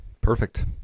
Perfect